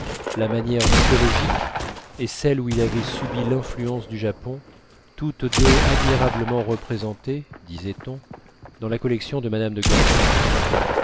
la manière mythologique et celle où il avait subi l'influence du japon toutes deux admirablement représentées disait-on dans la collection de mme de